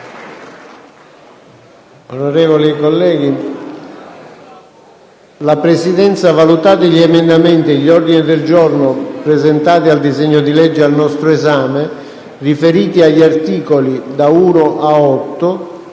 Onorevoli colleghi, la Presidenza, valutati gli emendamenti e gli ordini del giorno presentati al disegno di legge al nostro esame, riferiti agli articoli da 1 a 8,